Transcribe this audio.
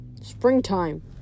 Springtime